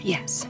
Yes